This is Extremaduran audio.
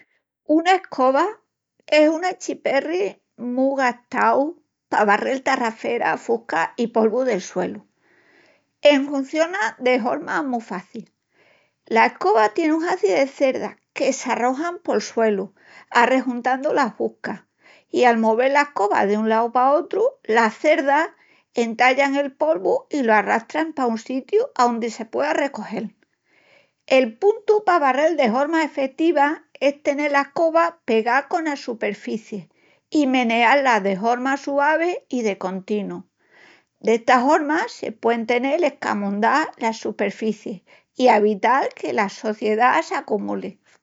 Una escoba es un achiperri mu gastau pa barrel tarrafera, fusca i polvu del suelu. Enhunciona de horma mu faci. La escoba tie un hazi de cerdas que s'ajorran pol suelu arrejuntandu la fusca, i al movel la escoba dun lau pa otru, las cerdas entallan el polvu i lo arrastran pa un sitiu aondi se puea recogel. El puntu pa barrel de horma efetiva es tenel la escoba pegá cona superficii i meneá-la de horma suavi i de continu. D'esta horma, se puein tenel escamondás las superficiis i avital que la sociedá s'acumuli.